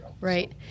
Right